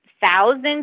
thousands